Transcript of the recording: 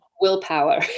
willpower